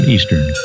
Eastern